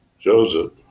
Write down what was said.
Joseph